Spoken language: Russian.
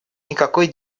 никакой